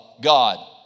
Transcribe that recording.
God